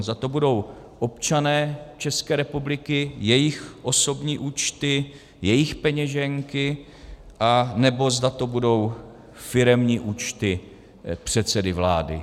Zda to budou občané České republiky, jejich osobní účty, jejich peněženky, nebo zda to budou firemní účty předsedy vlády.